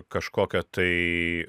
kažkokia tai